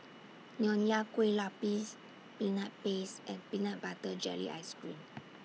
Nonya Kueh Lapis Peanut Paste and Peanut Butter Jelly Ice Cream